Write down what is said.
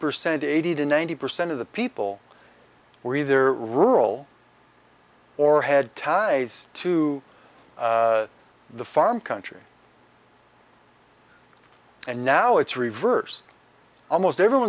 percent eighty to ninety percent of the people were either rural or had ties to the farm country and now it's reversed almost everyone